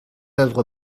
oeuvre